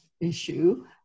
issue